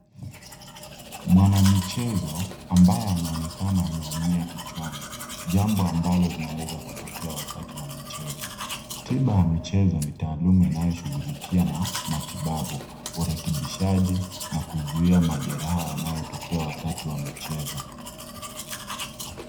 Mwanamichezo, ambaye anaonekana ameumia kichwani. Jambo ambalo linaweza kutokea wakati wa michezo. Tiba ya michezo ni taaluma inayoshughulikia na matibabu. Urekebishaji na kuzuia majeraha yanayotokea wakati wa michezo.